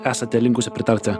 esate linkusi pritarti